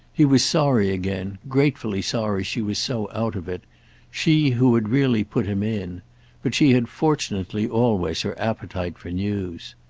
he was sorry again, gratefully sorry she was so out of it she who had really put him in but she had fortunately always her appetite for news.